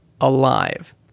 alive